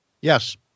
Yes